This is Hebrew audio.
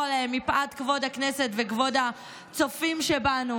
עליהן מפאת כבוד הכנסת וכבוד הצופים שבנו.